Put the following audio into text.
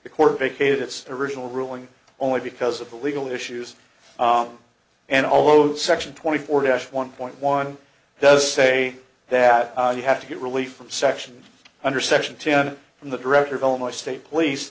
the court vacated its original ruling only because of the legal issues and although section twenty four dash one point one does say that you have to get relief from section under section ten from the director of illinois state police